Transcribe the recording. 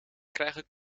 krijgen